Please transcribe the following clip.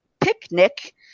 picnic